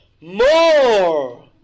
more